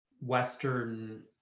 Western